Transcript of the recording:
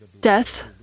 Death